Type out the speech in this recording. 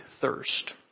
thirst